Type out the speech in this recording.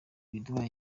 biduha